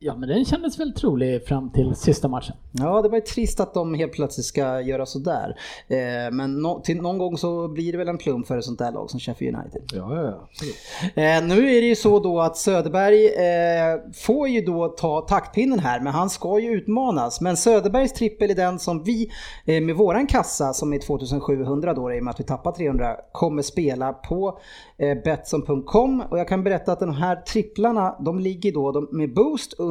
Ja, men den kändes väl trolig fram till sista matchen. Ja, det var ju trist att de helt plötsligt ska göra sådär. Eh, men nå- till någon gång så blir det väl en plump för ett sånt där lag som Sheffield United. Ja, ja, ja, absolut. Eh, nu är det ju så då att Söderberg, eh, får ju då ta taktpinnen här, men han ska ju utmanas. Men Söderbergs trippel är den som vi, eh, med våran kassa, som är 2700 då, i och med att vi tappar 300, kommer spela på, eh, Betsson.com. Och jag kan berätta att de här tripplarna, de ligger då- de- med boost